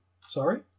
Sorry